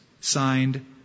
signed